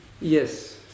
Yes